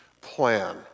plan